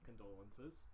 Condolences